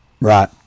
Right